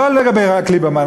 לא רק לגבי ליברמן,